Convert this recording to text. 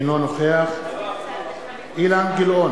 אינו נוכח אילן גילאון,